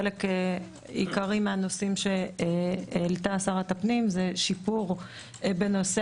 חלק עיקרי מהנושאים שהעלתה שרת הפנים זה שיפור בנושא